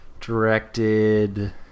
directed